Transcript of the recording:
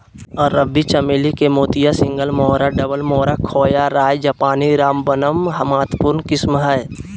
अरबी चमेली के मोतिया, सिंगल मोहोरा, डबल मोहोरा, खोया, राय जापानी, रामबनम महत्वपूर्ण किस्म हइ